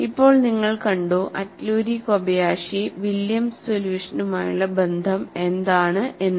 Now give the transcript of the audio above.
ഇപ്പോൾ നിങ്ങൾ കണ്ടു അറ്റ്ലൂരി കോബയാഷി വില്യംസ് സൊല്യൂഷനുള്ള ബന്ധം എന്താണ് എന്ന്